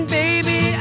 baby